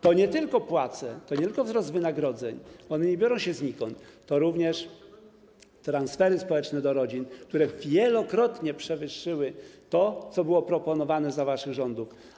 To nie tylko płace, to nie tylko wzrost wynagrodzeń, one nie biorą się znikąd, to również transfery społeczne do rodzin, które wielokrotnie przewyższyły to, co było proponowane za waszych rządów.